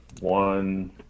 One